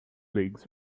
leagues